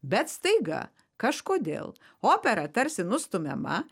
bet staiga kažkodėl opera tarsi nustumiama